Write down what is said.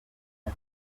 ati